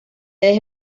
desde